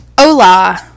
Hola